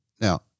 Now